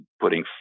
putting